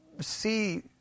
see